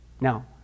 Now